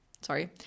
sorry